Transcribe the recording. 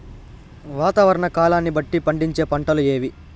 వాతావరణ కాలాన్ని బట్టి పండించే పంటలు ఏవి?